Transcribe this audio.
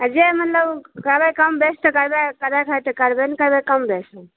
आ जे मतलब कहबै कम बेस तऽ करेके हइ तऽ करबै नहि करबै कम बेस